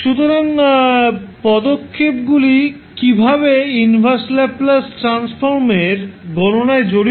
সুতরাং পদক্ষেপগুলি কীভাবে ইনভার্স ল্যাপ্লাস ট্রান্সফর্মের গণনায় জড়িত